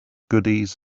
goodies